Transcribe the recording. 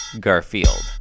Garfield